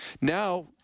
now –